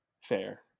Fair